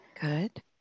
Good